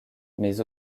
mais